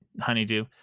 honeydew